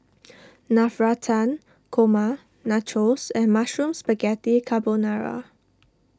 Navratan Korma Nachos and Mushroom Spaghetti Carbonara